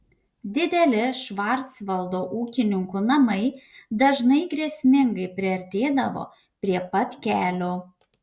dideli švarcvaldo ūkininkų namai dažnai grėsmingai priartėdavo prie pat kelio